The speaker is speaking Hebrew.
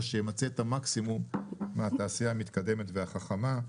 שימצה את המקסימום מהתעשייה המתקדמת והחכמה.